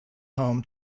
home